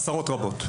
עשרות רבות,